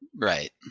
right